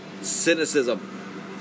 Cynicism